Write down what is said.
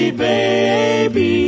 baby